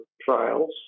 trials